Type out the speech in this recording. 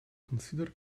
consider